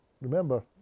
remember